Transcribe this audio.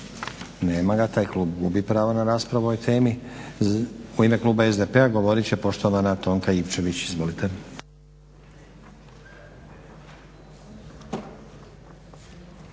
Nema ga, taj klub gubi pravo na raspravu o ovoj temi. U ime kluba SDP-a govorit će poštovana Tonka Ivčević. Izvolite.